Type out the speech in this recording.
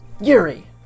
Yuri